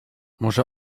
może